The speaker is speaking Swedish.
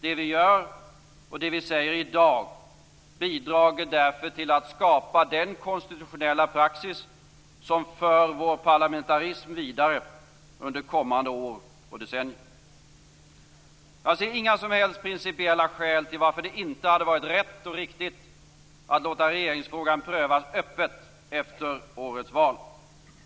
Det vi gör och det vi säger i dag bidrar därför till att skapa den konstitutionella praxis som för vår parlamentarism vidare under kommande år och decennier. Jag ser inga som helst principiella skäl till varför det inte hade varit rätt och riktigt att låta regeringsfrågan prövas öppet efter årets val.